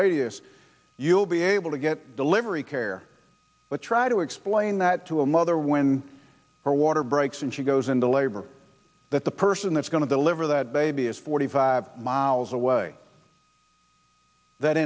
radius you will be able to get delivery care but try to explain that to a mother when her water breaks and she goes into labor that the person it's going to deliver that baby is forty five miles away that